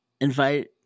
invite